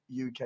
UK